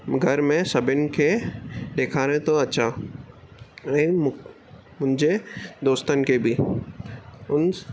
घर में सभिनि खे ॾेखारे थो अचा ऐं मु मुंहिंजे दोस्तनि खे बि उन